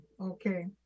Okay